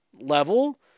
level